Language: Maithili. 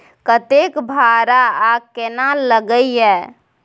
कतेक भाड़ा आ केना लागय ये?